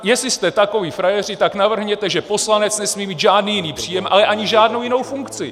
Jestli jste takoví frajeři, tak navrhněte, že poslanec nesmí mít žádný jiný příjem, ale ani žádnou jinou funkci.